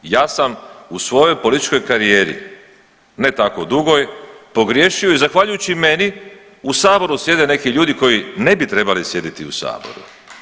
Ja sam u svojoj političkoj karijeri, ne tako dugoj, pogriješio i zahvaljujući meni u saboru sjede neki ljudi koji ne bi trebali sjediti u saboru.